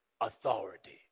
authority